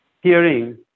hearing